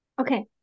Okay